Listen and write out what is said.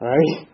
Right